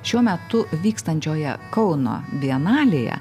šiuo metu vykstančioje kauno bienalėje